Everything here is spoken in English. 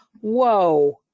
whoa